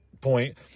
point